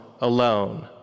alone